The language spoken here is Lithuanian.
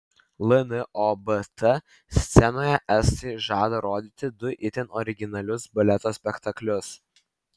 lnobt scenoje estai žada rodyti du itin originalius baleto spektaklius